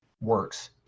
works